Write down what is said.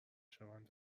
شوند